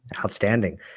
Outstanding